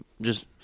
just-